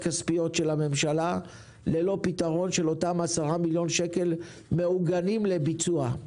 כספיות של הממשלה ללא פתרון של אותם 10 מיליון שקל מעוגנים לביצוע.